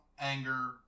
anger